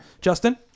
Justin